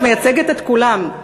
את מייצגת את כולם,